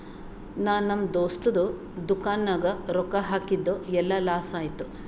ನಾ ನಮ್ ದೋಸ್ತದು ದುಕಾನ್ ನಾಗ್ ರೊಕ್ಕಾ ಹಾಕಿದ್ ಎಲ್ಲಾ ಲಾಸ್ ಆಯ್ತು